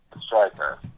striker